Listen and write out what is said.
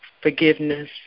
forgiveness